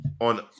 on